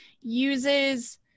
uses